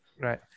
Right